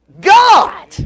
God